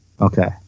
Okay